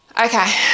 Okay